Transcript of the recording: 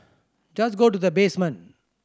just go to the basement